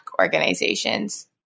organizations